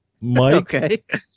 Mike